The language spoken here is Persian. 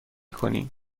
کنی